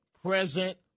present